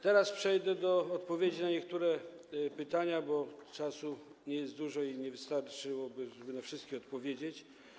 Teraz przejdę do odpowiedzi na niektóre pytania, bo czasu nie jest dużo i nie wystarczyłoby go, żeby na wszystkie odpowiedzieć.